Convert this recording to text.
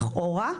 לכאורה,